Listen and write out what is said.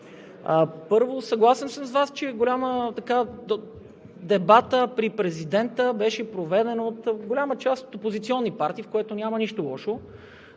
първо, съгласен съм с Вас, че дебатът при президента беше проведен от голяма част от опозиционни партии, в което няма нищо лошо.